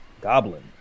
goblin